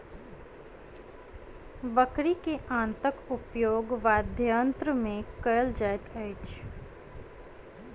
बकरी के आंतक उपयोग वाद्ययंत्र मे कयल जाइत अछि